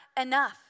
enough